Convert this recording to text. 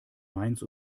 mainz